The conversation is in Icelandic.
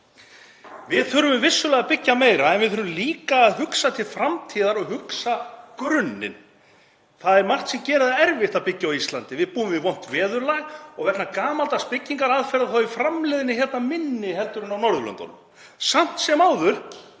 Við þurfum vissulega að byggja meira en við þurfum líka að hugsa til framtíðar og hugsa grunninn. Það er margt sem gerir það erfitt að byggja á Íslandi. Við búum við vont veðurlag og vegna gamaldags byggingaraðferða er framleiðni hérna minni heldur en á Norðurlöndunum. Samt sem áður